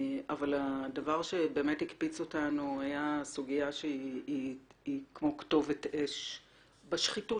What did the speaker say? הדבר שבאמת הקפיץ אותנו היה סוגיה שהיא כמו כתובת אש בשחיתות,